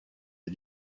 les